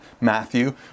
Matthew